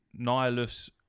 Nihilus